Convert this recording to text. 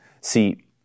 See